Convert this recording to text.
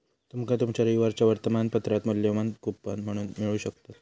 तुमका तुमच्या रविवारच्या वर्तमानपत्रात मुल्यवान कूपन पण मिळू शकतत